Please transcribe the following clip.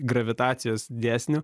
gravitacijos dėsnių